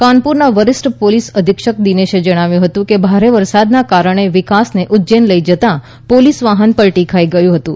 કાનપુરના વરિષ્ઠ પોલીસ અધિક્ષક દિનેશે જણાવ્યું હતું કે ભારે વરસાદને કારણે વિકાસને ઉજ્જૈન લઈ જતા પોલીસ વાહન પલટી ખાઈ ગયું હતું